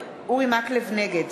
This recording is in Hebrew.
נגד